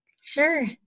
Sure